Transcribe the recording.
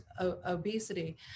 obesity